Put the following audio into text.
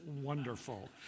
Wonderful